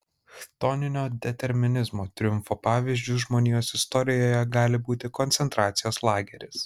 chtoninio determinizmo triumfo pavyzdžiu žmonijos istorijoje gali būti koncentracijos lageris